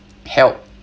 help